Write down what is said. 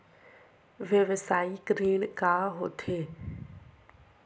व्यवसायिक ऋण का होथे?